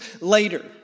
later